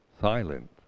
silent